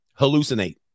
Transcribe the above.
Hallucinate